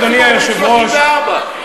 אדוני היושב-ראש,